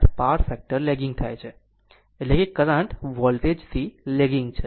8 power factor lagging થાય છે એટલે કે કરંટ વોલ્ટેજ થી લેગીગ છે